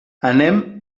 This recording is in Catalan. anem